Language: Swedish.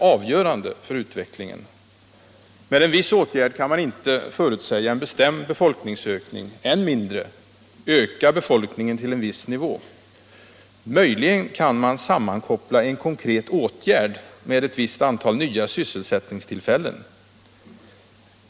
Med en viss åtgärd kan man inte förutsäga en bestämd befolkningsökning, än mindre öka befolkningen till en viss nivå. Möjligen kan man sammankoppla en konkret åtgärd med ett visst antal nya sysselsättningstillfällen.